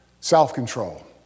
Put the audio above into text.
Self-control